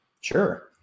Sure